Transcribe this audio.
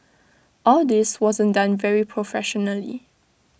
all this wasn't done very professionally